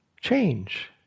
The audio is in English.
change